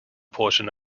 portion